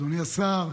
אדוני השר,